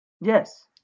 Yes